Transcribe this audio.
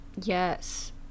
Yes